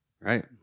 Right